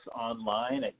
online